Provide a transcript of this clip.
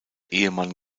ehemann